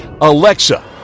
Alexa